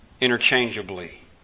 interchangeably